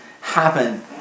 happen